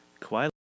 Kawhi